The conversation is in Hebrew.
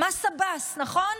מס עבאס, נכון?